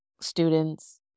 students